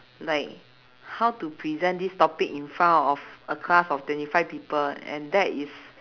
like how to present this topic in front of a class of twenty five people and that is